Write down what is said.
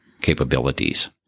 capabilities